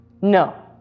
no